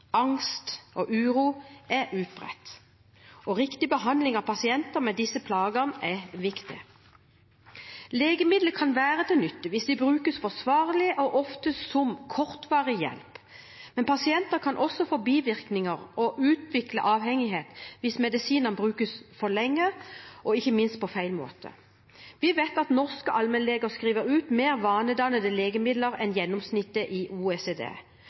angst og uro er utbredt, og riktig behandling av pasienter med disse plagene er viktig. Legemidler kan være til nytte hvis de brukes forsvarlig og som kortvarig hjelp, men pasienter kan få bivirkninger og utvikle avhengighet hvis medisinene brukes for lenge, og ikke minst hvis de brukes på feil måte. Vi vet at norske allmennleger skriver ut vanedannende legemidler i større grad enn gjennomsnittet i OECD,